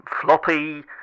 floppy